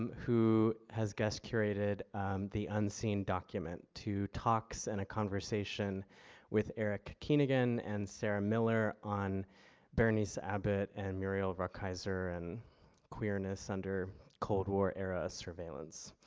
who has guests curated the unseen document two talks and a conversation with eric keenaghan and sarah miller on bernice abbott and muriel rukeyser and queerness under cold war era surveillance.